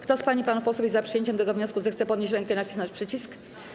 Kto z pań i panów posłów jest za przyjęciem tego wniosku, zechce podnieść rękę i nacisnąć przycisk.